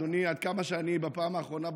אדוני, עד כמה שאני בדקתי בפעם האחרונה,